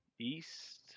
east